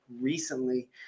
recently